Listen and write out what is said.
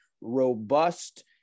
robust